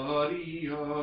Maria